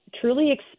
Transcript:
truly